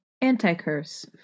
Anti-Curse